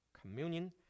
communion